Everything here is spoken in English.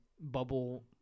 bubble